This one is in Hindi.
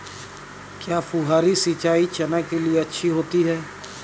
क्या फुहारी सिंचाई चना के लिए अच्छी होती है?